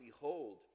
behold